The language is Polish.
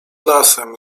lasem